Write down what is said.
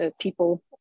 people